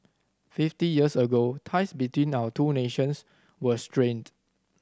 fifty years ago ties between our two nations were strained